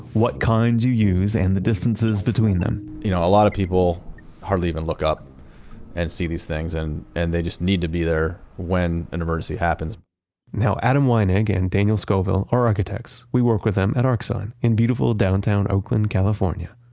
what kinds you use and the distances between them you know, a lot of people hardly even look up and see these things and and they just need to be there when an emergency happens adam winig and daniel scovill are architects. we work with them at arcsine in beautiful downtown oakland, california.